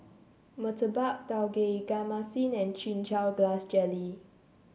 Murtabak Tauge Ikan Masin and Chin Chow Grass Jelly